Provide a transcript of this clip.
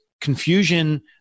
confusion